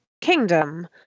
kingdom